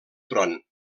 tron